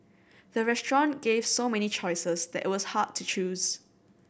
the restaurant gave so many choices that it was hard to choose